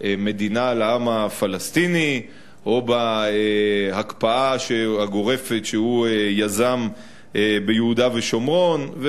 מדינה לעם הפלסטיני או בהקפאה הגורפת שהוא יזם ביהודה ושומרון,